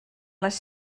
les